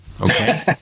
okay